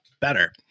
better